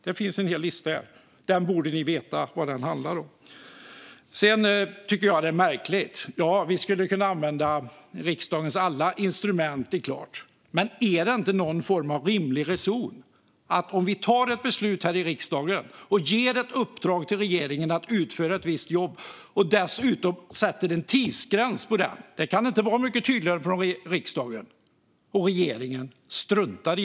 Det finns en hel lista, och ni borde veta vad den handlar om. Vi skulle kunna använda alla riksdagens instrument, det är klart, men är det inte någon form av rimlig reson att regeringen inte ska strunta i om vi tar ett beslut här i riksdagen och ger ett uppdrag till regeringen att utföra ett visst jobb och dessutom sätter en tidsgräns? Det kan inte vara mycket tydligare från riksdagen.